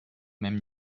même